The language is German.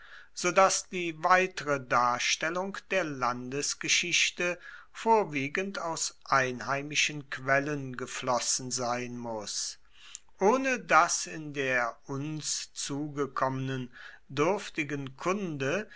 dass die weitere darstellung der landesgeschichte vorwiegend aus einheimischen quellen geflossen sein muss ohne dass in der uns zugekommenen duerftigen kunde